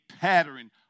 pattern